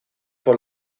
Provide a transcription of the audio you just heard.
por